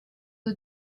you